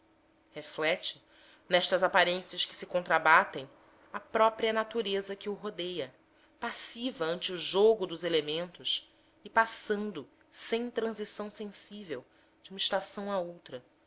reflete nestas aparências que se contrabatem a própria natureza que o rodeia passiva ante o jogo dos elementos e passando sem transição sensível de uma estação à outra